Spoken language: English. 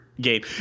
game